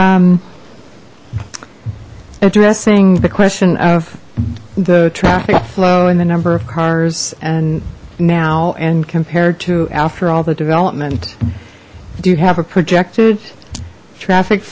there addressing the question of the traffic flow in the number of cars and now and compared to after all the development do you have a projected traffic